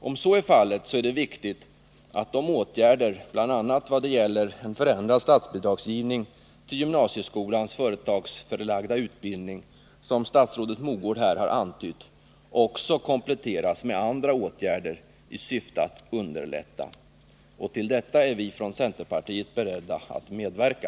Om så är fallet är det viktigt att de åtgärder, bl.a. i vad det gäller en förändrad statsbidragsgivning till gymnasieskolans företagsförlagda utbildning, som statsrådet Mogård här har antytt, kompletteras med andra åtgärder i syfte att hjälpa dessa ungdomar. Till detta är vi från centerpartiet beredda att medverka.